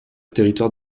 territoire